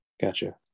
Gotcha